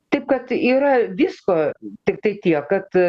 taip kad yra visko tiktai tiek kad